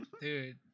Dude